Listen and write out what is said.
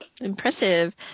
impressive